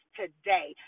today